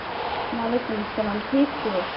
وعلیکُم اسلام ٹھیٖک چھِو حظ